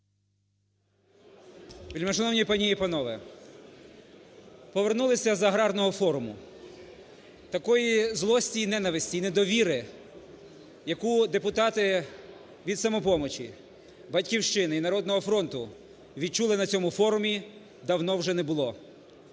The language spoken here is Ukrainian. Вельмишановні пані і панове, повернулися з аграрного форуму. Такої злості і ненависті, і недовіри, яку депутати від "Самопомочі", "Батьківщини" і "Народного фронту" відчули на цьому форумі, давно вже не було.